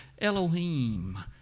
Elohim